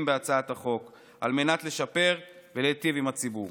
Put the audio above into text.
בהצעת החוק על מנת לשפר ולהיטיב עם הציבור.